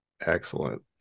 excellent